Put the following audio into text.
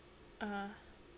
(uh huh)